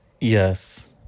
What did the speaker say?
Yes